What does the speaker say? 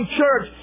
church